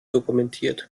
dokumentiert